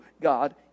God